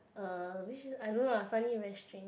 uh which is I don't know lah suddenly very strange